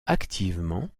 activement